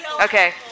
Okay